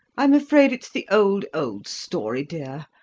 i'm afraid it's the old, old story, dear.